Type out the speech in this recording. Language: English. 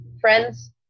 friend's